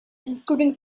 including